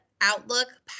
Outlook